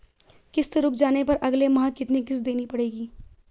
किश्त रुक जाने पर अगले माह कितनी किश्त देनी पड़ेगी?